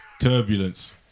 Turbulence